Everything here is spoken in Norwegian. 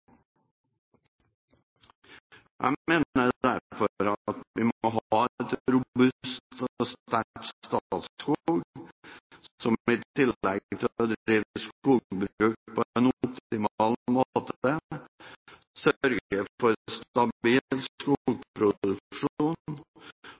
Jeg mener derfor at vi må ha et robust og sterkt Statskog, som i tillegg til å drive skogbruk på en optimal måte og sørge for stabil